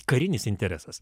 karinis interesas